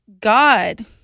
God